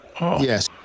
Yes